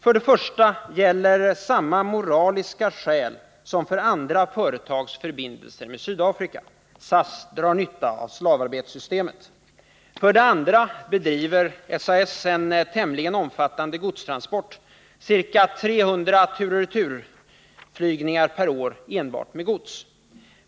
För det första gäller samma moraliska skäl som för andra företags förbindelser med Sydafrika. SAS drar nytta av slavarbetssystemet. För det andra bedriver SAS en tämligen omfattande godstransport —ca 300 turoch returflygningar per år enbart med gods.